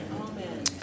Amen